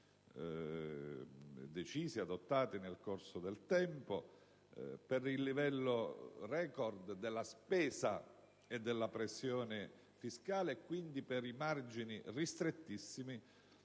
decisi e adottati nel corso del tempo, al livello record della spesa e della pressione fiscale e, quindi, ai margini ristrettissimi